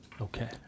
Okay